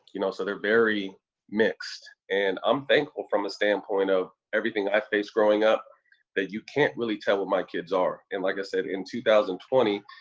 you know, so they're very mixed. and i'm thankful from a standpoint of everything i faced growing up that you can't really tell what my kids are. and like i said, in two thousand and twenty,